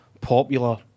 popular